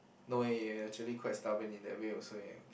no eh you are actually quite stubborn in that way also eh